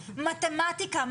מתמטיקה,